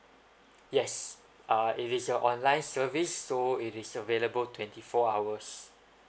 yes uh it is a online service so it is available twenty four hours